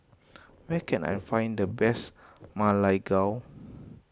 where can I find the best Ma Lai Gao